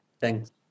Thanks